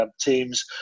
teams